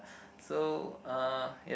so uh ya